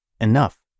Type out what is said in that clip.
enough